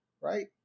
right